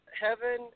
heaven